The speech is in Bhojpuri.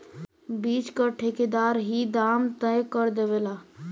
बीच क ठेकेदार ही दाम तय कर देवलन